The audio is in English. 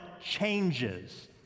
changes